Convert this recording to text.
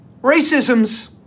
Racism's